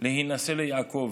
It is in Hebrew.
להינשא ליעקב,